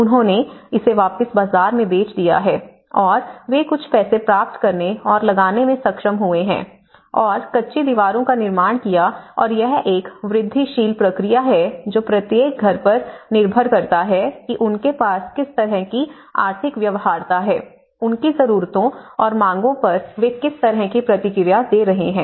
उन्होंने इसे वापस बाजार में बेच दिया है और वे कुछ पैसे प्राप्त करने और लगाने में सक्षम हुए और कच्ची दीवारों का निर्माण किया और यह एक वृद्धिशील प्रक्रिया है जो प्रत्येक घर पर निर्भर करता है कि उनके पास किस तरह की आर्थिक व्यवहार्यता है उनकी जरूरतों और मांगों पर वे किस तरह की प्रतिक्रिया दे रहे हैं